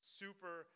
super